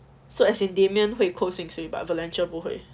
so as in damian 会扣薪水 but valencia 不会